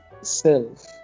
self